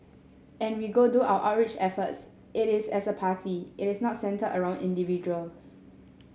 and we go do our outreach efforts it is as a party it is not centred around individuals